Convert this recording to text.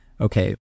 okay